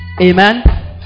Amen